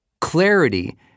Clarity